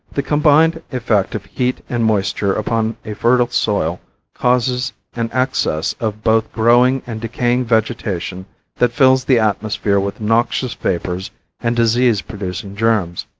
the combined effect of heat and moisture upon a fertile soil causes an excess of both growing and decaying vegetation that fills the atmosphere with noxious vapors and disease producing germs.